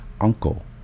uncle